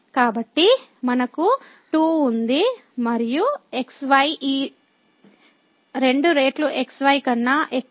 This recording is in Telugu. కాబట్టి మనకు 2 ఉంది మరియు xy ఈ 2 రెట్లు xy కన్నా ఎక్కువ మరియు ఇది xy కన్నా ఎక్కువ